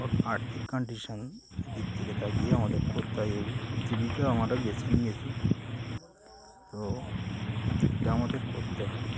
আর্থিক কন্ডিশান দিক থেকে তা গিয়েও আমাদের করতে হয় এ জীবিকা আমরা বেছে নিয়েছি তো এটা আমাদের করতে হয়